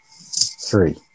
Three